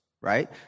right